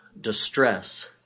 distress